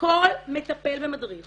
כל מטפל ומדריך